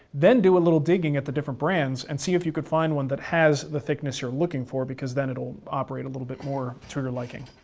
then do a little digging at the different brands, and see if you could find one that has the thickness you're looking for because then it will operate a little bit more to your liking,